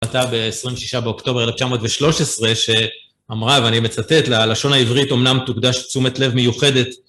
עלתה ב-26 באוקטובר 1913, שאמרה, ואני מצטט, "ללשון העברית אמנם תוקדש תשומת לב מיוחדת".